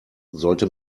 sollte